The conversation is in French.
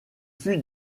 fut